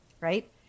Right